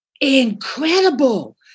incredible